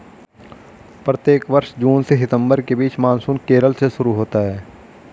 प्रत्येक वर्ष जून से सितंबर के बीच मानसून केरल से शुरू होता है